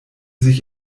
sich